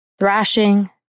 thrashing